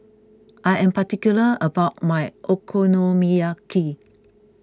I am particular about my Okonomiyaki